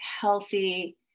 healthy